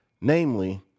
namely